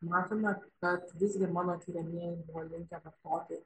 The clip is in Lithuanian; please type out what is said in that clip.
matome kad visgi mano tiriamieji buvo linkę vartoti